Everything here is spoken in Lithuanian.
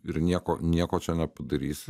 ir nieko nieko čia nepadarysi